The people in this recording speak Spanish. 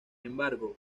embargo